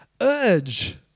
Urge